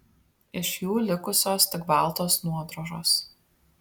iš jų likusios tik baltos nuodrožos